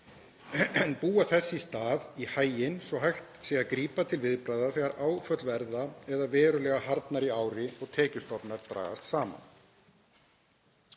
en búa þess í stað í haginn svo að hægt sé að grípa til viðbragða þegar áföll verða eða verulega harðnar í ári og tekjustofnar dragast saman.